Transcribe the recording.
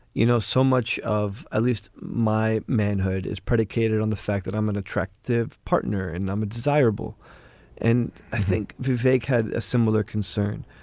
you know, so much of at least my manhood is predicated on the fact that i'm an attractive partner and no um desirable and i think vic had a similar concern.